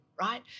right